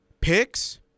Picks